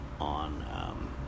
on